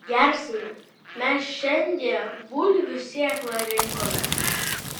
gersime mes šiandie bulvių sėklą rinkomės